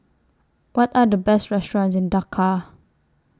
What Are The Best restaurants in Dakar